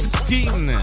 skin